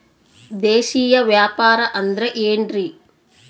ದೇಶೇಯ ವ್ಯಾಪಾರ ಅಂದ್ರೆ ಏನ್ರಿ?